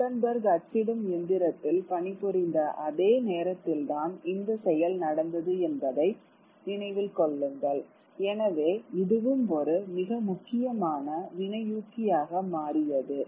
Gutenberg அச்சிடும் இயந்திரத்தில் பணி புரிந்த அதே நேரத்தில்தான் இந்த செயல் நடந்தது என்பதை நினைவில் கொள்ளுங்கள் எனவே இதுவும் ஒரு மிக முக்கியமான வினையூக்கியாக மாறியது